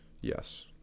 Yes